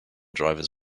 drivers